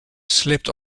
slept